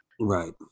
Right